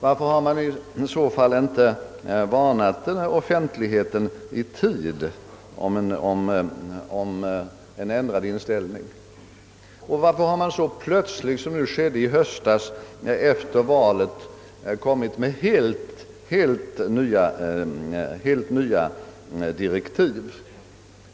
Varför har man i så fall inte i tid underrättat offentligheten om en ändrad inställning? Varför har man så plötsligt som nu skedde i höstas efter valet kommit med helt nya direktiv?